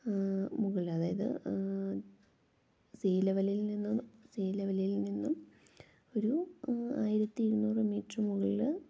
മുകളിൽ അതായത് സീ ലെവലിൽ നിന്നും സീ ലെവലിൽ നിന്നും ഒരു ആയിരത്തി ഇരുനൂറു മീറ്റർ മുകളിൽ